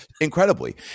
incredibly